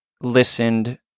listened